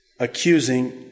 accusing